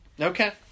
Okay